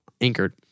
anchored